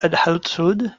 adulthood